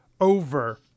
over